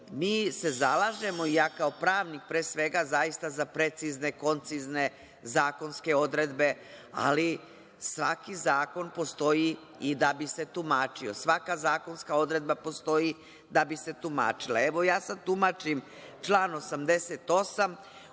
Mi se zalažemo, i ja kao pravnik pre svega zaista, za precizne, koncizne zakonske odredbe, ali svaki zakon postoji i da bi se tumačio. Svaka zakonska odredba postoji da bi se tumačila. Evo, ja sad tumačim član 88.